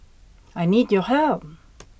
I need your help